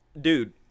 dude